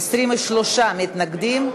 23 מתנגדים,